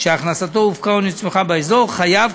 שהכנסתו הופקה או נצמחה באזור חייב,